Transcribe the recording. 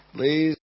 Please